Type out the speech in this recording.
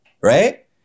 Right